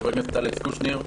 חבר הכנסת אלכס קושניר,